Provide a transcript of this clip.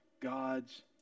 God's